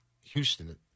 Houston